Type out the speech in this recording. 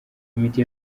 imiti